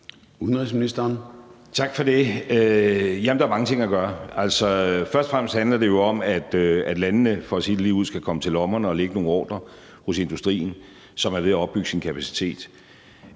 Rasmussen): Tak for det. Jamen der er mange ting at gøre. Først og fremmest handler det jo om, at landene – for at sige det ligeud – skal komme til lommerne og lægge nogle ordrer hos industrien, som er ved at opbygge sin kapacitet.